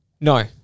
No